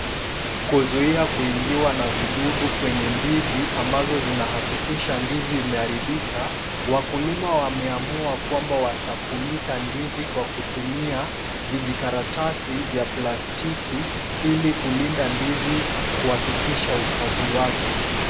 Kuzuia kuingiwa na vidudu kwenye ndizi ambazo zinahakikisha ndizi imeharibika, wakulima wameamua kwamba watafunika ndizi kwa kutumia vijikaratasi vya plastiki ili kulinda ndizi kuhakikisha usafi wake.